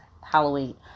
halloween